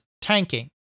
tanking